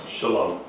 Shalom